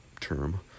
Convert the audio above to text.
term